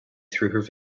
through